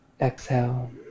exhale